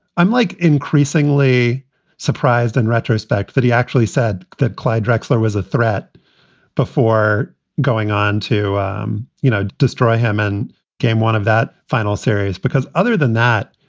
i'm like increasingly surprised in retrospect that he actually said that clyde drexler was a threat before going on to um you know destroy him in game one of that final series, because other than that,